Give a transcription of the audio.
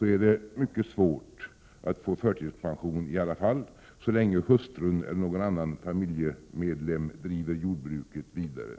är det mycket svårt att få förtidspension, i alla fall så länge hustrun eller någon annan familjemedlem driver jordbruket vidare.